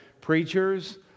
preachers